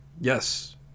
yes